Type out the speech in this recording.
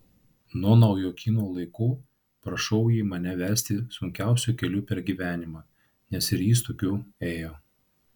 nuo naujokyno laikų prašau jį mane vesti sunkiausiu keliu per gyvenimą nes ir jis tokiu ėjo